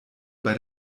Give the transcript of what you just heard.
bei